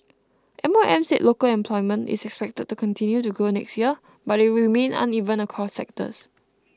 M O M said local employment is expected to continue to grow next year but it will remain uneven across sectors